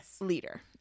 leader